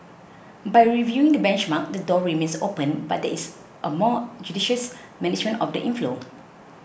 by reviewing the benchmark the door remains open but there is a more judicious management of the inflow